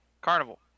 carnival